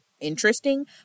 interesting